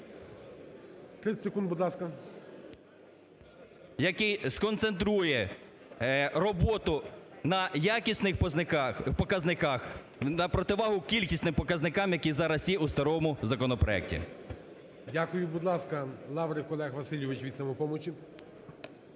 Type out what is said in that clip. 30 секунд, будь ласка. ДЕМЧАК Р.Є. … який сконцентрує роботу на якісних показниках на противагу кількісним показникам, які зараз є у старому законопроекті. ГОЛОВУЮЧИЙ. Дякую. Будь ласка, Лаврик Олег Васильович від "Самопомочі".